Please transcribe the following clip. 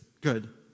Good